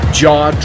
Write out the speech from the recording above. jaw